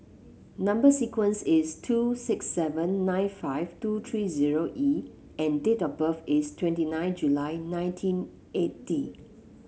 number sequence is two six seven nine five two three zero E and date of birth is twenty nine July nineteen eighty